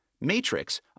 Matrix